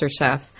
MasterChef